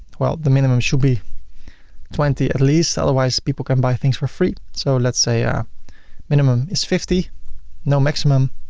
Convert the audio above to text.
well the minimum should be twenty dollars at least, otherwise people can buy things for free. so let's say ah minimum is fifty no maximum.